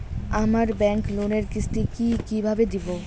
আমার ব্যাংক লোনের কিস্তি কি কিভাবে দেবো?